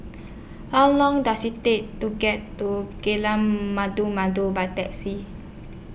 How Long Does IT Take to get to Jalan Malu Malu By Taxi